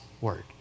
word